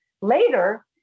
later